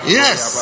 yes